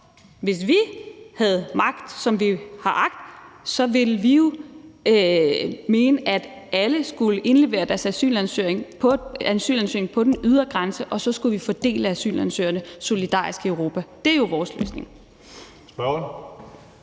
hvis vi havde magt, som vi havde agt, gøre sådan, at alle skulle indlevere deres asylansøgning ved den ydre grænse, og at så skulle vi fordele asylansøgerne solidarisk i Europa. Det er jo vores løsning. Kl.